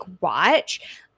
watch